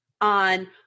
on